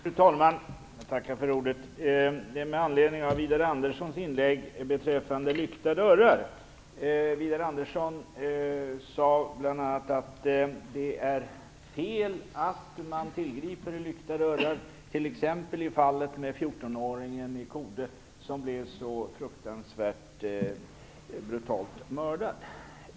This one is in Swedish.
Fru talman! Jag begärde ordet med anledning av Widar Andersson sade bl.a. att det är fel att man tillgriper lyckta dörrar t.ex. i fallet med 14-åringen i Kode, som blev så fruktansvärt brutalt mördad.